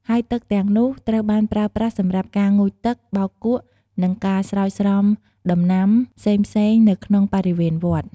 ហើយទឹកទាំងនោះត្រូវបានប្រើប្រាស់សម្រាប់ការ ងូតទឹក បោកគក់ និងការ ស្រោចស្រពដំណាំ ផ្សេងៗនៅក្នុងបរិវេណវត្ត។